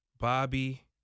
Bobby